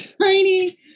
tiny